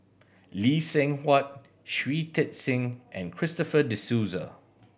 Lee Seng Huat Shui Tit Sing and Christopher De Souza